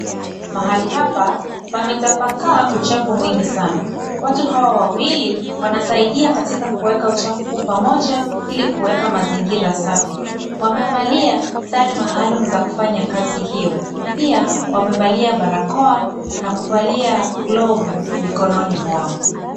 Mahali hapa pametapakaa uchafu mwingi sana, watu hawa wawili wanasaidia katika kueka uchafu huu pamoja ili kueka mazingira safi, wamevalia sare maalum ya kufanya kazi hiyo pia wamevalia barakoa na kuvalia glovu mikononi mwao.